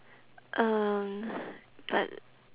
uh but